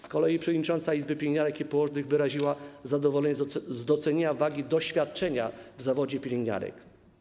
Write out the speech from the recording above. Z kolei przewodnicząca izby pielęgniarek i położnych wyraziła zadowolenie z docenienia wagi doświadczenia w zawodzie pielęgniarek.